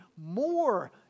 more